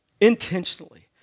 intentionally